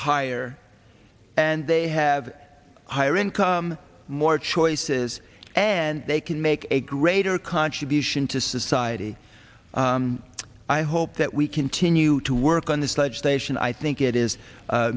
higher and they have higher income more choices and they can make a greater contribution to society i hope that we continue to work on this legislation i think it is a